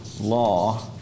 Law